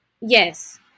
Yes